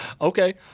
okay